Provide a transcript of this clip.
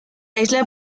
isla